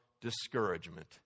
discouragement